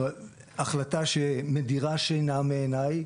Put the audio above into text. החלטה שמדירה שינה מעיניי,